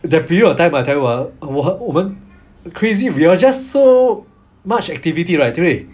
that period of time I'll tell you ah 我们我们很 crazy we all just just so much activity right 对不对